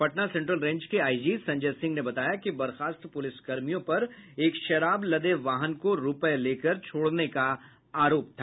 Patna central range के IG Sanjay Singh ने बताया कि बर्खास्त पुलिस कर्मियों पर एक शराब लदे वाहन को रूपये लेकर छोड़ने का आरोप था